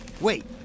Wait